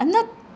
I'm not